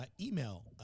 email